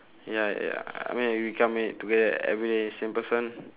ya ya I mean you come in together every day same person